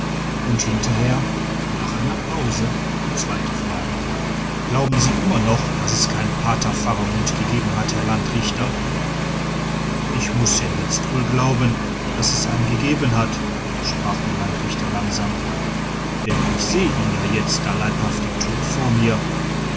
und hinterher nach einer pause die zweite frage glauben sie immer noch daß es keinen pater faramund gegeben hat herr landrichter ich muß ja jetzt wohl glauben daß es einen gegeben hat sprach der landrichter langsam denn ich seh ihn ja da leibhaftig tot vor mir